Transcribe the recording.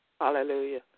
hallelujah